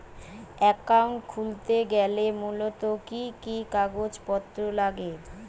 Account খুলতে গেলে মূলত কি কি কাগজপত্র লাগে?